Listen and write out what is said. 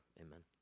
amen